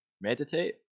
meditate